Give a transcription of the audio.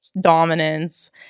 dominance